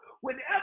whenever